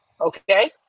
okay